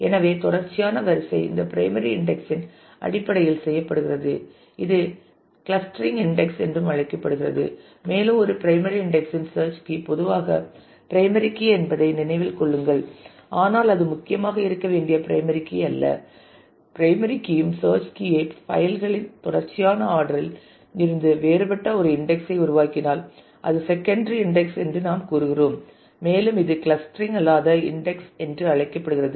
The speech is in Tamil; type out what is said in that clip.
எனவே தொடர்ச்சியான வரிசை இந்த பிரைமரி இன்டெக்ஸ் இன்அடிப்படையில் செய்யப்படுகிறது இது க்ளஸ்டரிங் இன்டெக்ஸ் என்றும் அழைக்கப்படுகிறது மேலும் ஒரு பிரைமரி இன்டெக்ஸ் இன் சேர்ச் கீ பொதுவாக பிரைமரி கீ என்பதை நினைவில் கொள்ளுங்கள் ஆனால் அது முக்கியமாக இருக்க வேண்டிய பிரைமரி கீ அல்ல பிரைமரி கீ யும் சேர்ச் கீ ஐ பைல்களின் தொடர்ச்சியான ஆர்டர் orderஇல் இருந்து வேறுபட்ட ஒரு இன்டெக்ஸ் ஐ உருவாக்கினால் அது செகண்டரி இன்டெக்ஸ் என்று நாம் கூறுகிறோம் மேலும் இது க்ளஸ்டரிங் அல்லாத இன்டெக்ஸ் என்றும் அழைக்கப்படுகிறது